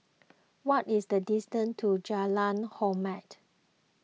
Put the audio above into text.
what is the distance to Jalan Hormat